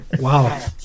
Wow